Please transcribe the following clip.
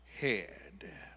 head